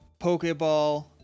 pokeball